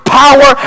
power